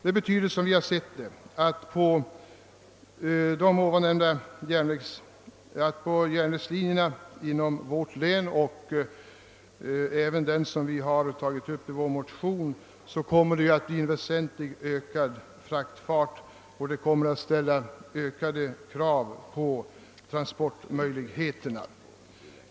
Detta betyder att det på järnvägslinjerna inom vårt län, och då även på den bandel som vår motion avser, kommer att bli en väsentligt ökad virkestransport. Detta ställer ökade krav på transportmöjligheterna.